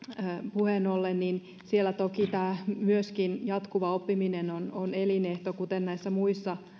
puheen ollen siellä toki myöskin jatkuva oppiminen on on elinehto kuten näissä muissa